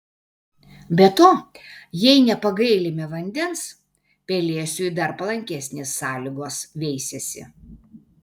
be to jei nepagailime vandens pelėsiui dar palankesnės sąlygos veisiasi